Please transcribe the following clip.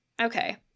Okay